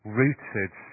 rooted